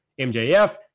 MJF